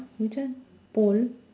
which one pole